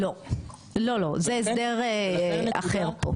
לא, לא, לא זה הסדר אחר פה.